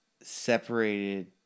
separated